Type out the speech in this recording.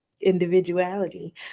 individuality